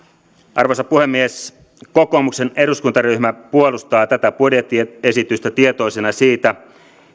arvoisa puhemies kokoomuksen eduskuntaryhmä puolustaa tätä budjettiesitystä tietoisena siitä